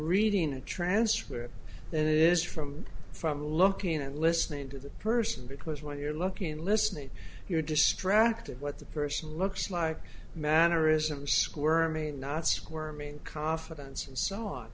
reading the transcript than it is from from looking and listening to the person because when you're looking listening you're distracted what the person looks like mannerisms squirmy not squirming confidence and s